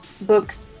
books